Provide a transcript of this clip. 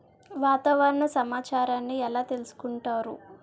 వాతావరణ సమాచారాన్ని ఎలా తెలుసుకుంటారు?